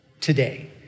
today